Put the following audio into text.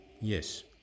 Yes